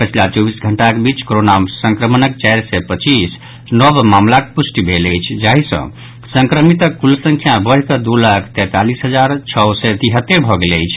पछिला चौबीस घंटाक बीच कोरोना संक्रमणक चारि सय पच्चीस नव मामिलाक पुष्टि भेल अछि जाहि सँ संक्रमितक कुल संख्या बढ़िकऽ दू लाख तैंतालीस हजार छओ सय तिहत्तरि भऽ गेल अछि